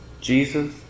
Jesus